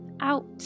out